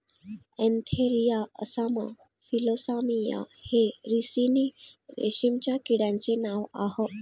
Antheraea assama philosamia हे ricini रेशीमच्या किड्यांचे नाव आह